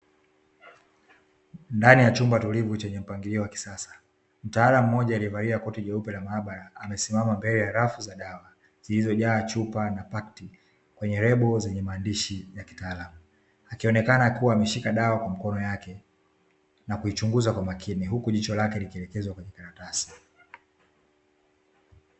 Ndani ya chumba tulivu chenye mpangilio wa kisasa. Mtaalamu mmoja alievalia koti jeupe la maabara, amesimama mbele ya rafu za dawa, zilizojaa chupa na pakti kwenye lebo zenye maandishi ya kitaalamu. Akionekana kuwa ameshika dawa kwa mikono yake, na kuichunguza kwa makini, huku jicho lake likielekezwa kwenye karatasi.